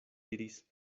diris